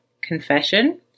Confession